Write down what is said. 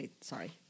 Sorry